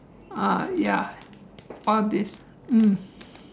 uh ya all this mm